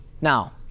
Now